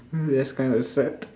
that's kinda sad